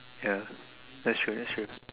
ya that's true that's true